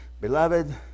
Beloved